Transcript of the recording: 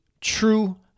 true